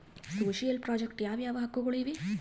Social project ಯಾವ ಯಾವ ಹಕ್ಕುಗಳು ಇವೆ?